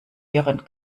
ihren